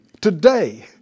today